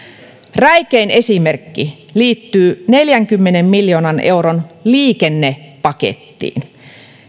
räikein esimerkki liittyy neljänkymmenen miljoonan euron liikennepakettiin